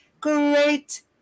great